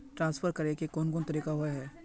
Transfer करे के कोन कोन तरीका होय है?